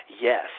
Yes